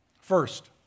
First